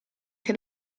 che